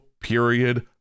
period